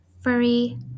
furry